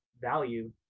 value